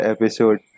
Episode